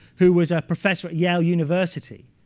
who was a professor at yale university.